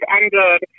ended